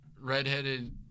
redheaded